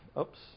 Oops